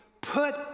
put